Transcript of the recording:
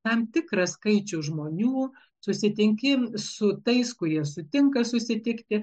tam tikrą skaičių žmonių susitinki su tais kurie sutinka susitikti